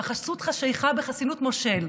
בחסות חשכה / בחסינות מושל?